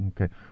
Okay